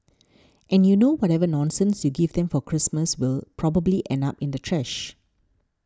and you know whatever nonsense you give them for Christmas will probably end up in the trash